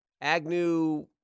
Agnew